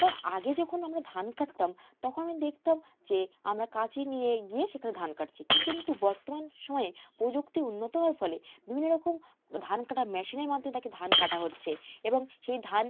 কারণ আগে যখন আমরা ধান কাটতাম তখন আমি দেখতাম যে আমরা কাঁচি নিয়ে গিয়ে সেখানে ধান কাটছি কিন্তু বর্তমান সময়ে প্রযুক্তি উন্নত হওয়ার ফলে বিভিন্ন রকম ধান কাটা মেশিনের মাধ্যমে তাকে ধান কাটা হচ্ছে এবং সেই ধান